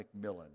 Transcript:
McMillan